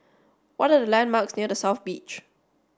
what are the landmarks near The South Beach